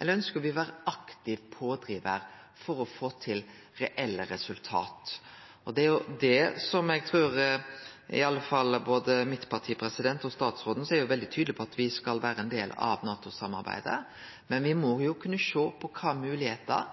eller ønskjer me å vere ein aktiv pådrivar for å få til reelle resultat? Både mitt og statsråden sitt parti er veldig tydelege på at me skal vere ein del av NATO-samarbeidet, men me må kunne sjå på kva